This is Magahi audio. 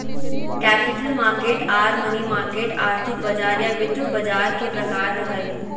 कैपिटल मार्केट आर मनी मार्केट आर्थिक बाजार या वित्त बाजार के प्रकार हय